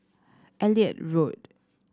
Elliot Road